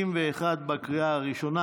61 בקריאה הראשונה.